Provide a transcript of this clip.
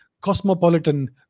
cosmopolitan